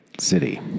city